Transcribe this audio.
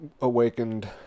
awakened